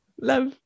Love